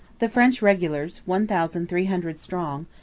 the french regulars, one thousand three hundred strong,